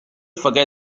forget